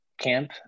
camp